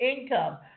income